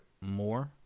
more